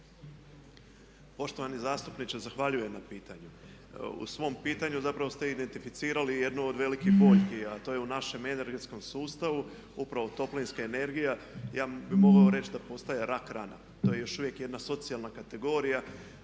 Poštovani zastupniče, zahvaljujem na pitanju. U svom pitanju zapravo ste identificirali jednu od velikih boljki, a to je u našem energetskom sustavu upravo toplinska energija. Ja bih mogao reći da postaje rak rana. To je još uvijek jedna socijalna kategorija